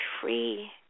free